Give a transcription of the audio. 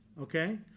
Okay